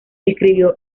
escribió